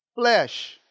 flesh